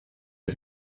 des